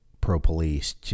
pro-police